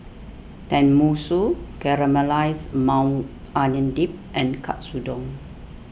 Tenmusu Caramelized Maui Onion Dip and Katsudon